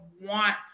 want